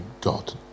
God